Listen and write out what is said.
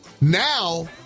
Now